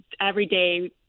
everyday